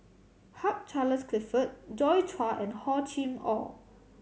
Hugh Charles Clifford Joi Chua and Hor Chim Or